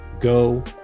go